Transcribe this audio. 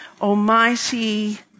almighty